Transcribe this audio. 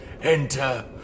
enter